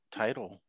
title